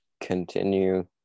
continue